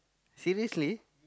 seriously